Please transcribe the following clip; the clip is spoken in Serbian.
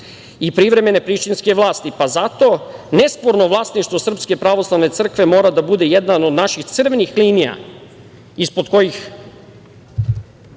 i privremene prištinske vlasti, pa zato nesporno vlasništvo Srpske pravoslavne crkve mora da bude jedna od naših crvenih linija ispod kojih